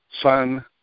son